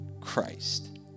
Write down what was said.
Christ